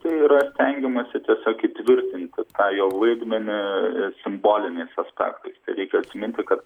tai yra stengiamasi tiesiog įtvirtinti tą jo vaidmenį ir simboliniais aspektais tai reikia atsiminti kad